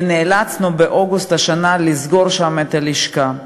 ונאלצנו באוגוסט השנה לסגור שם את הלשכה.